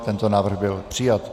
Tento návrh byl přijat.